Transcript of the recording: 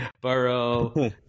Burrow